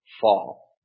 fall